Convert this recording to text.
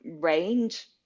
range